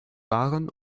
waren